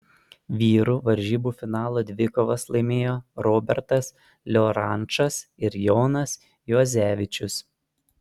vyrų varžybų finalo dvikovas laimėjo robertas liorančas ir jonas juozevičius